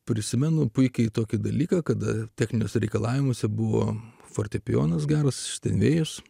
prisimenu puikiai tokį dalyką kada techniniuose reikalavimuose buvo fortepijonas geros stebėjosi